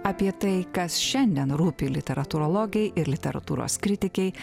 apie tai kas šiandien rūpi literatūrologei ir literatūros kritikei